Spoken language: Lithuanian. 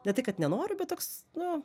ne tai kad nenoriu bet toks nu